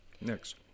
Next